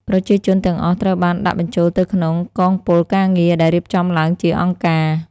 ប្រជាជនទាំងអស់ត្រូវបានដាក់បញ្ចូលទៅក្នុង កងពលការងារ ដែលរៀបចំឡើងជាអង្គការ។